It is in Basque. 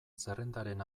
zerrendaren